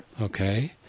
Okay